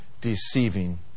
deceiving